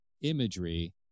imagery